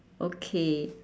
okay